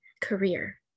career